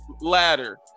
ladder